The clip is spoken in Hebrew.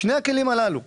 שני הכלים הללו